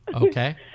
Okay